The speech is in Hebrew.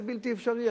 זה בלתי אפשרי.